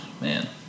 man